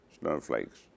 Snowflakes